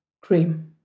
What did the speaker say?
cream